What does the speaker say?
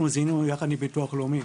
אנחנו ליווינו יחד עם ביטוח לאומי,